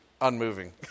unmoving